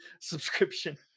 subscription